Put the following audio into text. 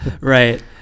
Right